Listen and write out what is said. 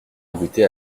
goûté